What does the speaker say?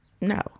No